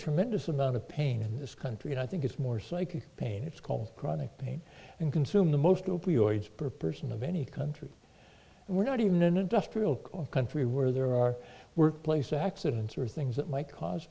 tremendous amount of pain in this country and i think it's more psychic pain it's called chronic pain and consume the most opioids per person of any country and we're not even an industrial country where there are workplace accidents or things that might cause